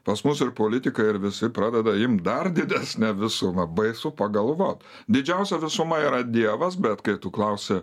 pas mus ir politikai ir visi pradeda imt dar didesnę visumą baisu pagalvot didžiausia visuma yra dievas bet kai tu klausi